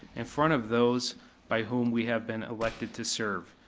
in front of those by whom we have been elected to serve.